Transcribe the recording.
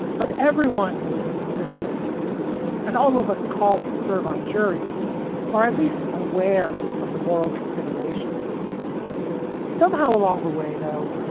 but everyone who is in the system and all of us called to serve on juries or at least aware of the moral considerations somehow along the way, though,